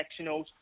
sectionals